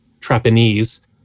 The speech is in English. Trapanese